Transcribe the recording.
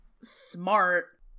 smart